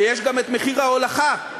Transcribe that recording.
ויש גם מחיר ההולכה.